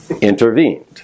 intervened